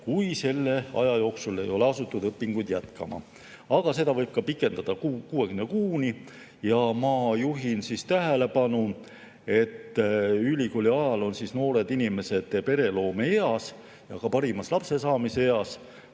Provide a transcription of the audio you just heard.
kui selle aja jooksul ei ole asutud õpinguid jätkama. Aga seda võib pikendada 60 kuuni. Ma juhin tähelepanu, et ülikooliajal on noored inimesed pereloomeeas ja ka parimas lapsesaamise eas,